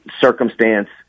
circumstance